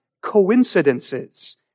coincidences